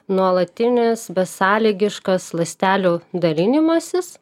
nuolatinis besąlygiškas ląstelių dalinimasis